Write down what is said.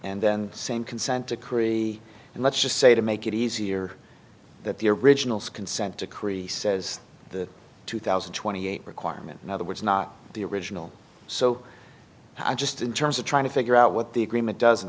and then same consent decree and let's just say to make it easier that the originals consent decree says the two thousand and twenty eight requirement in other words not the original so i'm just in terms of trying to figure out what the agreement does